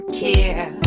care